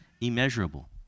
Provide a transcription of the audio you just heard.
immeasurable